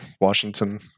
Washington